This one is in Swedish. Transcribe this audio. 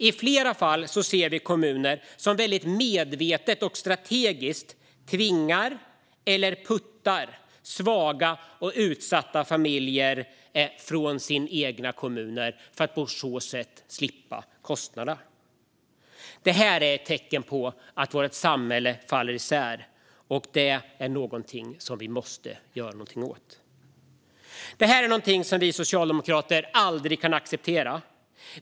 I flera fall ser vi kommuner som väldigt medvetet och strategiskt tvingar eller puttar ut svaga och utsatta familjer för att slippa kostnader. Det här är ett tecken på att vårt samhälle faller isär, och det måste vi göra något åt. Socialdemokraterna kan aldrig acceptera detta.